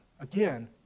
Again